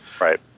Right